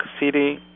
City